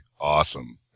awesome